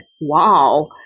wow